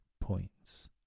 points